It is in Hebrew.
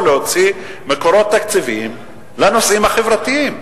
להוציא מקורות תקציביים לנושאים החברתיים.